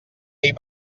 ahir